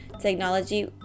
technology